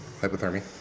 hypothermia